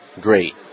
Great